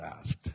asked